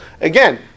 Again